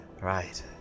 Right